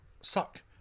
Suck